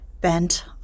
bent